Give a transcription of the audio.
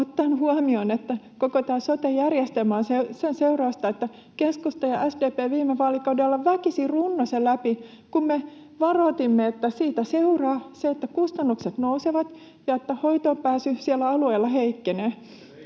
ottaen huomioon, että koko tämä sote-järjestelmä on sen seurausta, että keskusta ja SDP viime vaalikaudella väkisin runnoivat sen läpi, kun me varoitimme, että siitä seuraa se, että kustannukset nousevat ja että hoitoonpääsy siellä alueilla heikkenee.